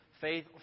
Faith